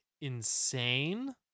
insane